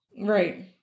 Right